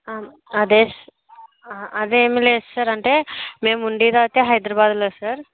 అదే స అదే ఏమి లేదు సర్ అంటే మేము ఉండేది అయితే హైదరాబాదులో సార్